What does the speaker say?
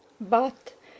but